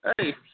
Hey